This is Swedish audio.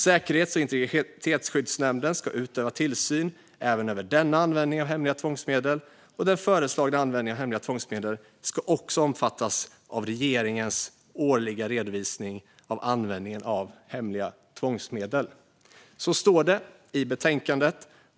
Säkerhets och integritetsskyddsnämnden ska utöva tillsyn även över denna användning av hemliga tvångsmedel. Den föreslagna användningen av hemliga tvångsmedel ska också omfattas av regeringens årliga redovisning av användningen av hemliga tvångsmedel." Så står det i betänkandet.